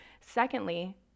Secondly